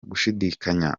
gushidikanya